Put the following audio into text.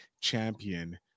champion